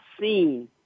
seen